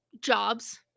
jobs